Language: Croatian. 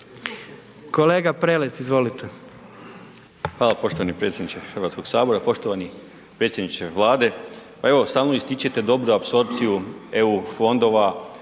**Prelec, Alen (SDP)** Hvala poštovani predsjedniče Hrvatskog sabora. Poštovani predsjedniče Vlade. Pa evo stalno ističete dobru apsorpciju eu fondova.